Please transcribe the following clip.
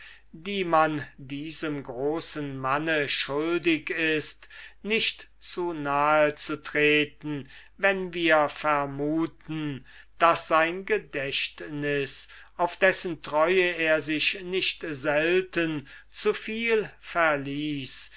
die man diesem großen manne schuldig ist nicht zu nahe zu treten wenn wir vermuten daß sein gedächtnis auf dessen treue er sich nicht selten zu viel verließ